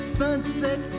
sunset